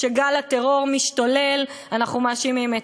כשגל הטרור משתולל אנחנו מאשימים את